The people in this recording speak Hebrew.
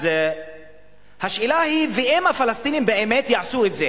אז השאלה היא: ואם הפלסטינים באמת יעשו את זה